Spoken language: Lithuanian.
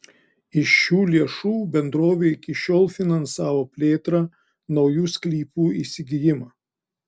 iš šių lėšų bendrovė iki šiol finansavo plėtrą naujų sklypų įsigijimą